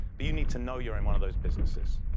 but you need to know you're in one of those businesses.